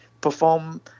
perform